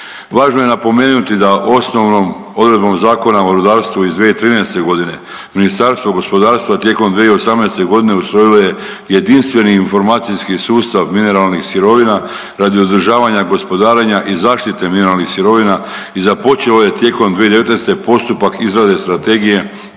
Važno je napomenuti da osnovnom odredbom Zakona o rudarstvu iz 2013. godine Ministarstvo gospodarstva tijekom 2018. godine usvojilo je jedinstveni informacijski sustav mineralnih sirovina radi održavanja gospodarenja i zaštite mineralnih sirovina i započelo je tijekom 2019. postupak izrade Strategije